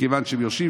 מכיוון שהם יורשים.